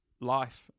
life